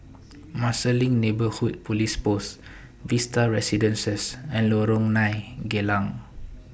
Marsiling Neighbourhood Police Post Vista Residences and Lorong nine Geylang